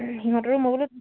সিহঁতৰো মই বোলো